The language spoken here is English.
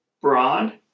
broad